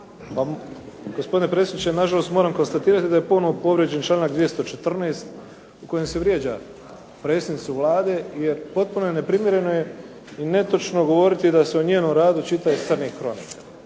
Gospodine predsjedniče, na žalost moram konstatirati da je ponovno povrijeđen članak 214. u kojem se vrijeđa predsjednicu Vlade, jer potpuno je neprimjereno i netočno govoriti da se o njenom radu čita iz crnih kronika.